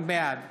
בעד